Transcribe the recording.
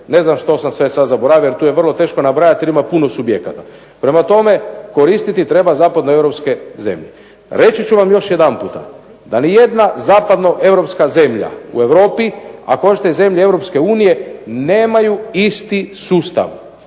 ne znam što sam sve zaboravio jer tu je teško nabrajati jer ima puno subjekata. Prema tome, koristiti treba zapadnoeuropske zemlje. Reći ću vam još jedanputa da nijedna zapadnoeuropska zemlja u Europi ako hoćete zemlje EU nemaju isti sustav.